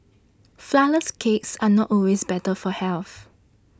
Flourless Cakes are not always better for health